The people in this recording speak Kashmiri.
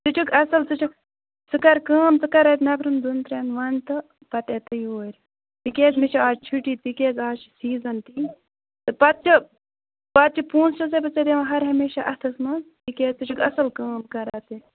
ژٕ چھُکھ اَصٕل ژٕ چھُکھ ژٕ کر کٲم ژٕ کر اَتہِ نَفرَن دۄن ترٛٮ۪ن وَن تہٕ پَتہٕ یِتہٕ یوٗرۍ تِکیٛازِ مےٚ چھِ آز چھُٹی تِکیٛازِ آز چھِ سیٖزَن تہِ یہِ تہٕ پَتہٕ چھِ پَتہٕ چھِ پونٛسہِ چھَسَے ژےٚ بہٕ دِوان ہر ہمیشہِ اَتھَس منٛز تِکیٛازِ ژٕ چھُکھ اَصٕل کٲم کران تہِ